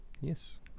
Yes